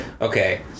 Okay